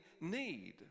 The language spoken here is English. need